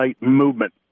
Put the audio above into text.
movement